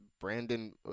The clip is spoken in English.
Brandon